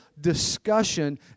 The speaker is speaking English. discussion